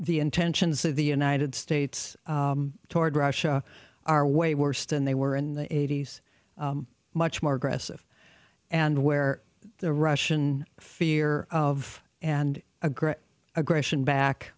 the intentions of the united states toward russia are way worse than they were in the eighty's much more aggressive and where the russian fear of and a great aggression back